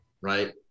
right